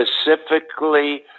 specifically